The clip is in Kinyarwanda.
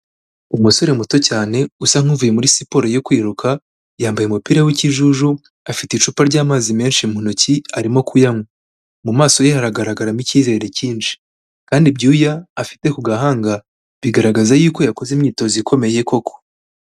Umusore muto cyane usa nk'uvuye muri siporo yo kwiruka, yambaye umupira w'ikijuju, afite icupa ry'amazi menshi mu ntoki arimo kuyanywa, mu maso ye haragaragaramo icyizere cyinshi kandi ibyuya afite ku gahanga, bigaragaza yuko yakoze imyitozo ikomeye koko.